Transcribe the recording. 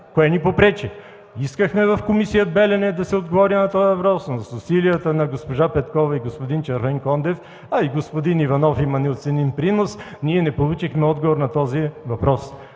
Кое ни попречи? Искахме в Комисия „Белене” да се отговори на този въпрос, но с усилията на госпожа Петкова и господин Червенкондев, а и господин Иванов има неоценим принос, ние не получихме отговор на този въпрос.